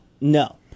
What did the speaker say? No